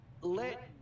let